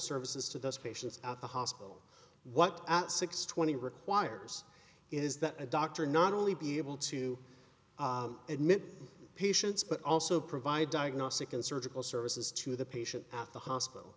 services to those patients at the hospital what at six twenty requires is that a doctor not only be able to admit patients but also provide diagnostic and surgical services to the patient at the hospital